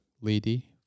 lady